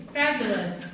fabulous